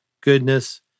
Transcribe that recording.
goodness